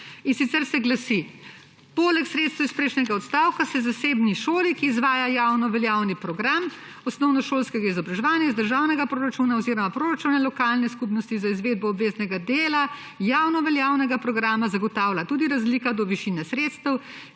In sicer se glasi: »Poleg sredstev iz prejšnjega odstavka se zasebni šoli, ki izvaja javnoveljavni program osnovnošolskega izobraževanja, iz državnega proračuna oziroma proračuna lokalne skupnosti za izvedbo obveznega dela javnoveljavnega programa zagotavlja tudi razlika do višine sredstev,